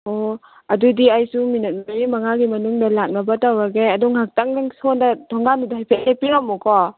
ꯑꯣ ꯑꯗꯨꯗꯤ ꯑꯩꯁꯨ ꯃꯤꯅꯠ ꯃꯔꯤ ꯃꯉꯥꯒꯤ ꯃꯅꯨꯡꯗ ꯂꯥꯛꯅꯕ ꯇꯧꯔꯒꯦ ꯑꯗꯣ ꯉꯥꯏꯍꯥꯛꯇꯥꯡ ꯅꯪ ꯁꯣꯝꯗ ꯊꯣꯡꯒꯥꯟꯗꯨꯗ ꯂꯦꯞꯄꯤꯔꯝꯃꯨ ꯀꯣ